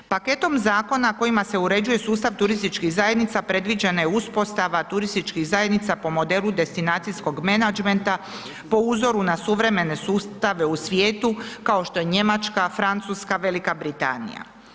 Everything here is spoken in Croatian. Paketom zakona kojima se uređuje sustav turističkih zajednica predviđena je uspostava turističkih zajednica po modelu destinacijskog menadžmenta po uzoru na suvremene sustave u svijetu kao što je Njemačka, Francuska, Velika Britanija.